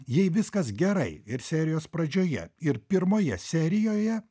jei viskas gerai ir serijos pradžioje ir pirmoje serijoje